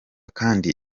kandi